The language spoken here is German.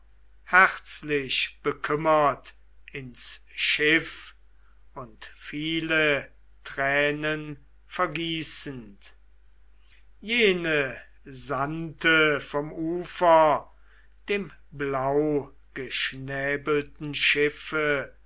herzlich bekümmert ins schiff und viele tränen vergießend jene sandte vom ufer dem blaugeschnäbelten schiffe